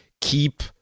keep